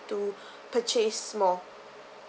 to purchase more